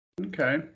Okay